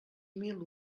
mil